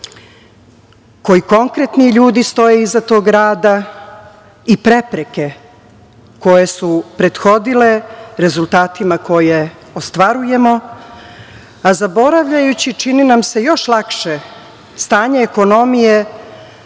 koji konkretni ljudi stoje iza tog rada i prepreke koje su prethodile rezultatima koje ostvarujemo, a zaboravljajući, čini nam se, još lakše stanje ekonomije